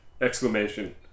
Exclamation